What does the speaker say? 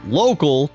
local